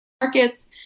markets